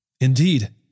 Indeed